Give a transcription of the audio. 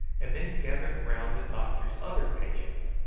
and then gathered round the doctor's other patients,